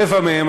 רבע מהם,